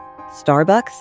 Starbucks